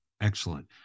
Excellent